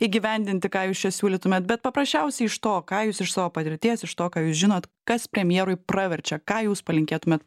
įgyvendinti ką jūs čia siūlytumėt bet paprasčiausiai iš to ką jūs iš savo patirties iš to ką jūs žinot kas premjerui praverčia ką jūs palinkėtumėt